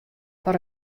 foar